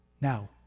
Now